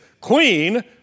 queen